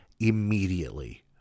Immediately